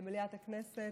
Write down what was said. למליאת הכנסת,